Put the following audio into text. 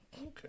Okay